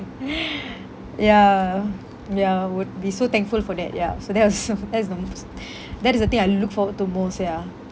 ya ya would be so thankful for that ya so that was that's the most that is the thing I look forward to most ya